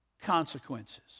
consequences